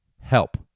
help